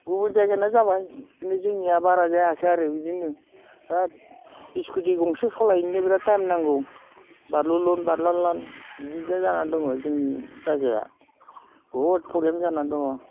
गुबुन जायगाना जाबाय बिदिनो जोंनिया बारा जायाखै आरो बिदिनो दों दा स्कुटि गंसे सालायनोनो बेराद टाइम नांगौ बारलुनलुन बार लुन लान बिदिद्राय जानानै दङ जोंनि जायगाया बहुद प्रब्लेम जानानै दङ